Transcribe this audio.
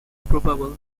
probable